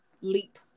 leap